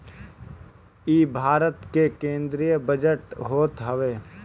इ भारत के केंद्रीय बजट होत हवे